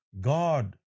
God